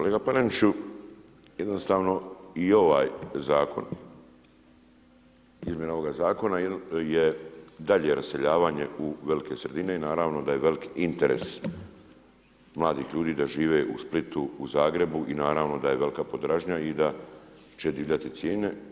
Kolega Paneniću, jednostavno i ovaj Zakon, izmjena ovoga Zakona je dalje raseljavanje u velike sredine i naravno da je velik interes mladih ljudi da žive u Splitu, u Zagrebu i naravno da je velika potražnja i da će divljati cijene.